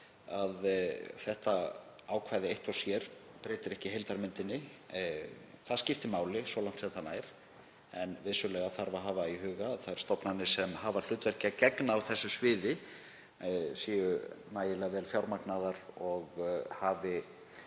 að þetta ákvæði eitt og sér breytir ekki heildarmyndinni. Það skiptir máli svo langt sem það nær. En vissulega þarf að hafa í huga að þær stofnanir sem hafa hlutverki að gegna á þessu sviði séu nægjanlega vel fjármagnaðar og hafi